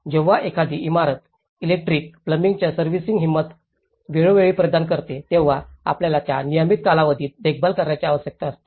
जेव्हा एखादी इमारत इलेक्ट्रिक प्लंबिंगची सर्व्हिसिंग हिंमत वेळोवेळी परिधान करते तेव्हा आपल्याला त्या नियमित कालावधीत देखभाल करण्याची आवश्यकता असते